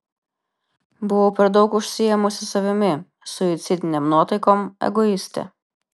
buvau per daug užsiėmusi savimi suicidinėm nuotaikom egoistė